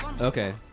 okay